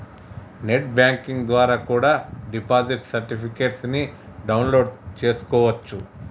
net banking ద్వారా కూడా deposit certificates ని డౌన్ లోడ్ చేస్కోవచ్చు